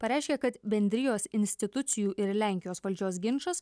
pareiškė kad bendrijos institucijų ir lenkijos valdžios ginčas